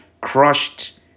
crushed